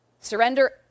Surrender